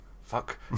Fuck